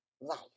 life